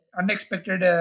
unexpected